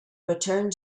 returned